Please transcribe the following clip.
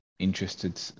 interested